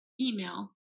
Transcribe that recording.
email